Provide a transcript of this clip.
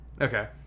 Okay